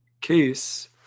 case